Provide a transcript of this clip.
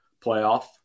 playoff